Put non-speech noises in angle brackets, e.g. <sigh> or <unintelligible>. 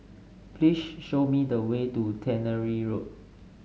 <unintelligible> show me the way to Tannery Road